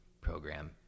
program